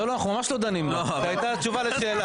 לא, לא אנחנו ממש לא דנים, זו הייתה תשובה לשאלה.